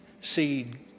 seed